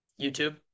YouTube